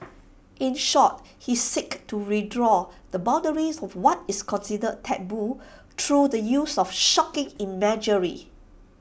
in short he seeks to redraw the boundaries of what is considered taboo through the use of shocking imagery